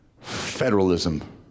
federalism